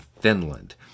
Finland